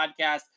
podcast